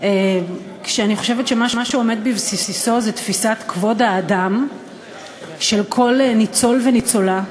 ואני חושבת שמה שעומד בבסיסו זה תפיסת כבוד האדם של כל ניצול וניצולה,